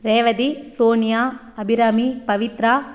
Revathi Sonia Abirami Pavithra